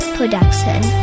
Production